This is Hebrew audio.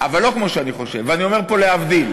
אבל לא כמו שאני חושב, ואני אומר פה: להבדיל.